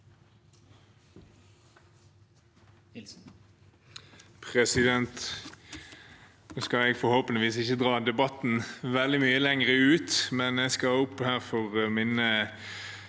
Nå skal jeg forhåpentligvis ikke dra debatten veldig mye lenger ut, men jeg skal opp hit for å minne